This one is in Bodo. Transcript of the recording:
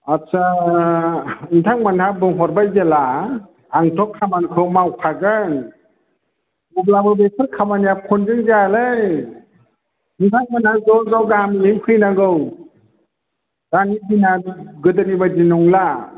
आस्सा नोंथांमोनहा बुंहरबाय जेब्ला आंथ' खामानिखौ मावखागोन अब्लाबो बेफोर खामानिया फनजों जायालै नोंथांमोनहा ज' ज' गामियैनो फैनांगौ दानि दिनआ गोदोनि बायदि नंला